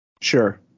Sure